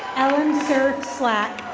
ellen sirslack.